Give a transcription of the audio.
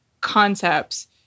concepts